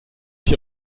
hier